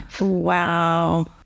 Wow